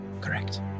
Correct